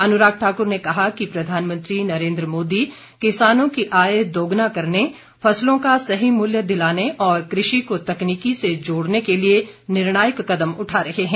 अनुराग ठाक्र ने कहा कि प्रधानमंत्री नरेन्द्र मोदी किसानों की आय दोगुना करने फसलों का सही मूल्य दिलाने और कृषि को तकनीकी से जोड़ने के लिए निर्णायक कदम उठा रहे हैं